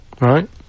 right